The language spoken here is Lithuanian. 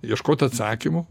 ieškot atsakymo